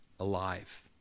alive